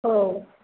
औ